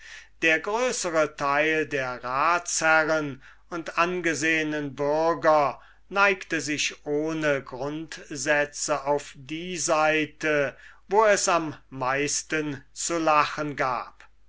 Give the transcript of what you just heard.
der größere teil der ratsherren und angesehenen bürger neigte sich ohne grundsätze auf die seite wo es am meisten zu lachen gab